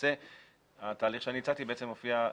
למעשה התהליך שהצעתי מופיע.